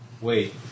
Wait